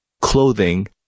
clothing